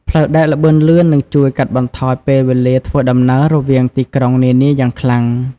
ផ្លូវដែកល្បឿនលឿននឹងជួយកាត់បន្ថយពេលវេលាធ្វើដំណើររវាងទីក្រុងនានាយ៉ាងខ្លាំង។